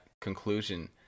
conclusion